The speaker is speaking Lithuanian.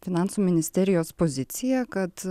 finansų ministerijos pozicija kad